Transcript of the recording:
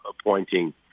appointing